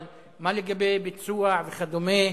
מה לגבי ביצוע וכדומה?